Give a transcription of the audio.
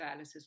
dialysis